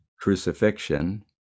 crucifixion